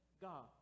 God